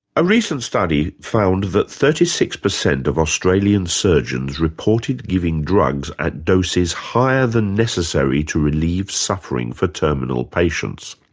a recent study found that thirty six percent of australian surgeons reported giving drugs at doses higher than necessary to relieve suffering for terminal patients.